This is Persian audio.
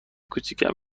کوچک